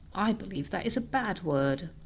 i believe that is a bad word.